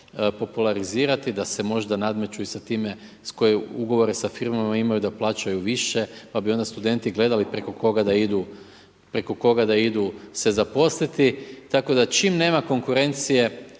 popularizirati, da se možda nadmeću i sa time koje ugovore s firmama imaju, da plaćaju više, pa bi onda studenti gledali preko koga da idu se zaposliti tako da čim nema konkurencije,